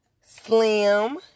Slim